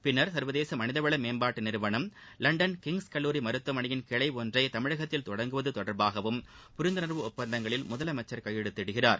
பின்னர் சர்வதேச மனிதவள மேம்பாட்டு நிறுவனம் லண்டன் கிங்ஸ் கல்லூரி மருத்துவமனையின் கிளை ஒள்ளற தமிழகத்தில் தொடங்குவது தொடர்பாகவும் புரிந்துணர்வு ஒப்பந்தங்களில் முதலமைச்சர் கையெழுத்திடுகிறார்